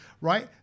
right